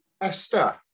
Esther